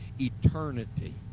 eternity